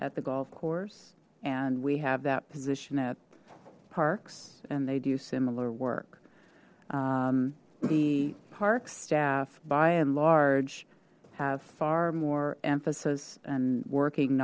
at the golf course and we have that position at parks and they do similar work the park staff by and large have far more emphasis and working